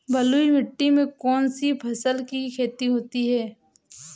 बलुई मिट्टी में कौनसी फसल की खेती होती है?